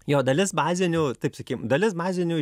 jo dalis bazinių taip sakim dalis bazinių